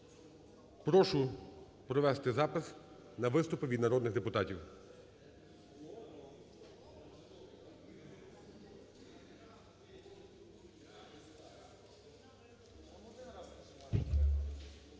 Прошу провести запис на виступи від народних депутатів.